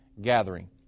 gathering